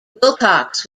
wilcox